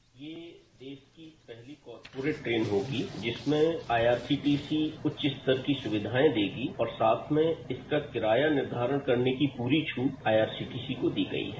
ये देश की पहली कॉरपोरेट ट्रेन होगी जिसमें आईआरसीटीसी उच्च स्तर की सुविधाएं देगी और साथ में इसका किराया निर्धारण करने की पूरी छूट आईआरसीटीसी को दी गई है